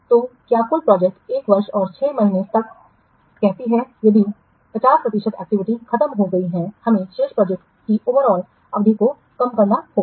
तो क्या कुल प्रोजेक्ट 1 वर्ष और 6 महीने तक कहती है यदि 50 प्रतिशत एक्टिविटीयां खत्म नहीं हुई हैं हमें शेष प्रोजेक्ट की ओवरऑल अवधि को कम करना होगा